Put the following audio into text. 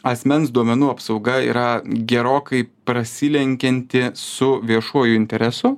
asmens duomenų apsauga yra gerokai prasilenkianti su viešuoju interesu